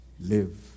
live